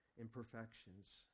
imperfections